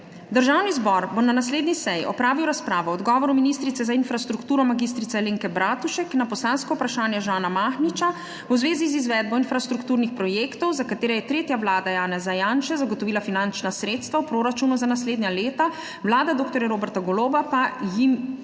Državni zbor bo na naslednji seji opravil razpravo o odgovoru ministrice za infrastrukturo mag. Alenke Bratušek na poslansko vprašanje Žana Mahniča v zvezi z izvedbo infrastrukturnih projektov, za katere je tretja vlada Janeza Janše zagotovila finančna sredstva v proračunu za naslednja leta, vlada dr. Roberta Goloba pa jim je